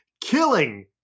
killing